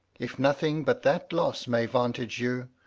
if nothing but that loss may vantage you,